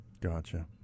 Gotcha